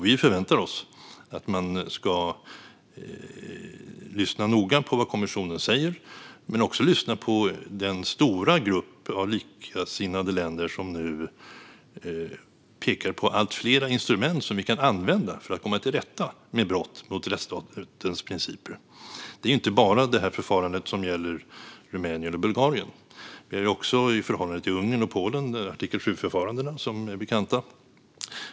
Vi förväntar oss att den rumänska regeringen ska lyssna noga på vad kommissionen säger men också lyssna på den stora grupp av likasinnade länder som nu pekar på allt fler instrument som vi kan använda för att komma till rätta med brott mot rättsstatens principer. Det är inte bara det förfarande som gäller Rumänien och Bulgarien. Vi har också förfarandena enligt artikel 7 i förhållande till Ungern och Polen som är bekanta.